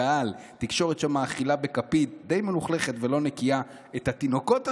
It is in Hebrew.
תקשורת שמאכילה בכפית די מלוכלכת ולא נקייה את התינוקות השבויים שלה.